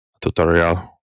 tutorial